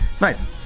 Nice